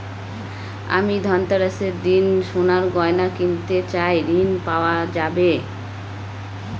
আমি ধনতেরাসের দিন সোনার গয়না কিনতে চাই ঝণ পাওয়া যাবে?